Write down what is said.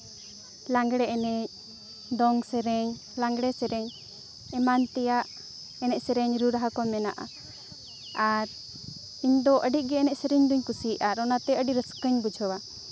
ᱞᱟᱜᱽᱬᱮ ᱮᱱᱮᱡ ᱫᱚᱝ ᱥᱮᱨᱮᱧ ᱞᱟᱜᱽᱬᱮ ᱥᱮᱨᱮᱧ ᱮᱢᱟᱱ ᱛᱮᱭᱟᱜ ᱮᱱᱮᱡ ᱥᱮᱨᱮᱧ ᱨᱩ ᱨᱟᱦᱟ ᱠᱚ ᱢᱮᱱᱟᱜᱼᱟ ᱟᱨ ᱤᱧ ᱫᱚ ᱟᱹᱰᱤ ᱜᱮ ᱮᱱᱮᱡ ᱥᱮᱨᱮᱧ ᱫᱚᱧ ᱠᱩᱥᱤᱭᱟᱜᱼᱟ ᱟᱨ ᱚᱱᱟᱛᱮ ᱟᱹᱰᱤ ᱨᱟᱹᱥᱠᱟᱹᱧ ᱵᱩᱡᱷᱟᱹᱣᱟ